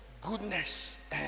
Goodness